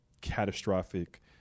catastrophic